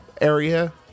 area